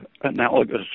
analogous